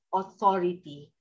authority